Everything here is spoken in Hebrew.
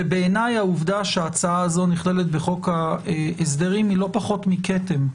בעיניי העובדה שההצעה הזו נכללת בחוק ההסדרים היא לא פחות מכתם,